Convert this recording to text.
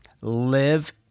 Live